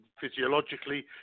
physiologically